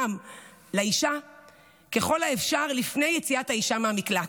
לאישה ככל האפשר לפני יציאת האישה מהמקלט,